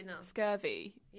scurvy